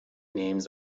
names